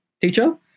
teacher